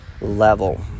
level